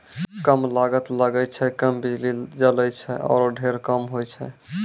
कम लागत लगै छै, कम बिजली जलै छै आरो ढेर काम होय छै